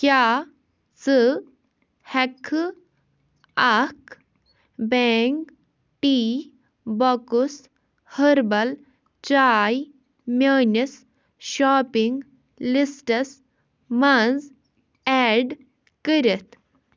کیٛاہ ژٕ ہٮ۪کہٕ اکھ بینگ ٹی باکس ۂربل چاے میٲنِس شاپنگ لسٹَس منٛز ایڈ کٔرِتھ